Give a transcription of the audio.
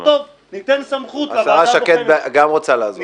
ניתן סמכות לוועדה -- השרה שקד גם רוצה לעזור.